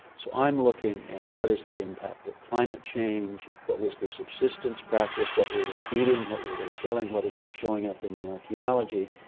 so i'm looking at what is the impact of climate change, what was the subsistence practice, what were they eating, what were they killing, what is showing up in the archaeology.